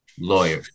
lawyer